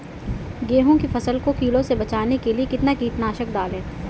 गेहूँ की फसल को कीड़ों से बचाने के लिए कितना कीटनाशक डालें?